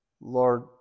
Lord